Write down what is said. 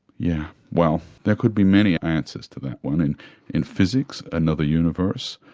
yeah well, there could be many answers to that one in in physics, another universe,